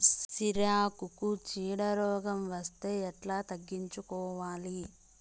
సిరాకుకు చీడ రోగం వస్తే ఎట్లా తగ్గించుకోవాలి?